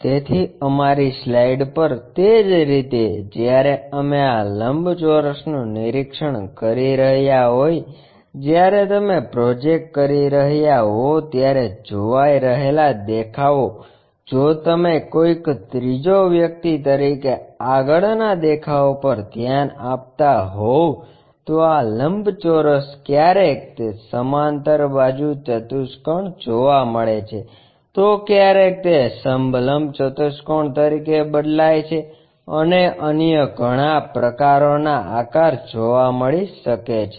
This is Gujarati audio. તેથી અમારી સ્લાઇડ પર તે જ રીતે જ્યારે અમે આ લંબચોરસનું નિરીક્ષણ કરી રહ્યા હોય જ્યારે તમે પ્રોજેક્ટ કરી રહ્યા હો ત્યારે જોવાઈ રહેલા દેખાવો જો તમે કોઈક ત્રીજો વ્યક્તિ તરીકે આગળના દેખાવો પર ધ્યાન આપતા હોવ તો આ લંબચોરસ ક્યારેક તે સમાંતર બાજુ ચતુષ્કોણ જોવા મળે છે તો ક્યારેક તે સમલંબ ચતુષ્કોણ તરીકે બદલાય છેઅને અન્ય ઘણા પ્રકારો ના આકાર જોવા મળી શકે છે